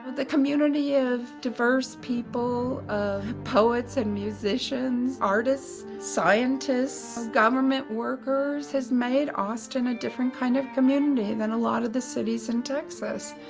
the community of diverse people, of poets and musicians, artists, scientists, government workers has made austin a different kind of community than a lot of the cities in texas.